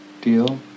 deal